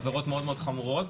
עבירות מאוד מאוד חמורות,